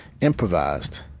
improvised